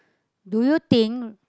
do you think